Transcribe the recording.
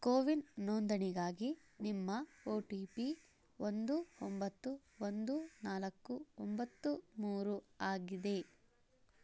ಕೋವಿನ್ ನೋಂದಣಿಗಾಗಿ ನಿಮ್ಮ O T P ಒಂದು ಒಂಬತ್ತು ಒಂದು ನಾಲ್ಕು ಒಂಬತ್ತು ಮೂರು ಆಗಿದೆ